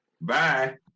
Bye